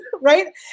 right